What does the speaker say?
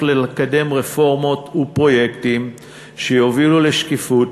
לקדם רפורמות ופרויקטים שיובילו לשקיפות,